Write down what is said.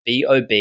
bob